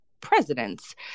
presidents